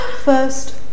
First